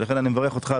לכן אני מברך אותך,